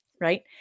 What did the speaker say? right